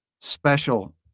special